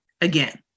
again